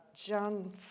John